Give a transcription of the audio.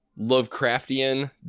Lovecraftian